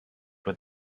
with